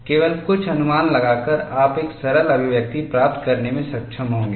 केवल कुछ अनुमान लगाकर आप एक सरल अभिव्यक्ति प्राप्त करने में सक्षम होंगे